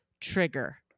trigger